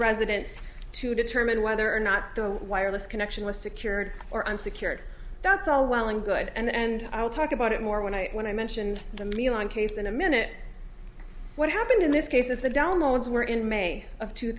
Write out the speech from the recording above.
residence to determine whether or not the wireless connection was secured or unsecured that's all well and good and i'll talk about it more when i when i mentioned the me on case in a minute what happened in this case is the downloads were in may of two